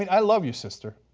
i love you sister,